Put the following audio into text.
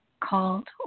called